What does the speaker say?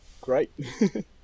Great